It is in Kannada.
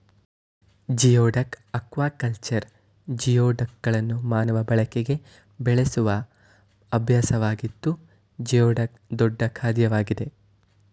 ಜಿಯೋಡಕ್ ಅಕ್ವಾಕಲ್ಚರ್ ಜಿಯೋಡಕ್ಗಳನ್ನು ಮಾನವ ಬಳಕೆಗೆ ಬೆಳೆಸುವ ಅಭ್ಯಾಸವಾಗಿದ್ದು ಜಿಯೋಡಕ್ ದೊಡ್ಡ ಖಾದ್ಯವಾಗಿದೆ